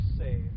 say